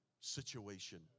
situation